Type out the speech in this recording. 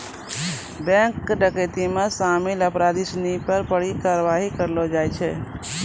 bank डकैती मे शामिल अपराधी सिनी पे कड़ी कारवाही करलो जाय छै